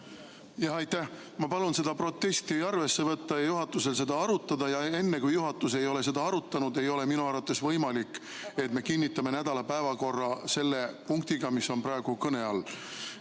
Aitäh! Ma palun seda protesti arvesse võtta ja juhatusel seda arutada. Enne, kui juhatus ei ole seda arutanud, ei ole minu arvates võimalik, et me kinnitame nädala päevakorra selle punktiga, mis on praegu kõne all.